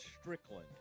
Strickland